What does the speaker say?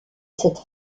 cette